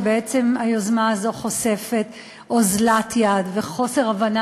ובעצם היוזמה הזו חושפת אוזלת יד וחוסר הבנה